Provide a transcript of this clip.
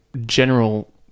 general